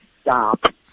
stop